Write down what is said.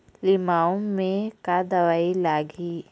लिमाऊ मे का दवई लागिही?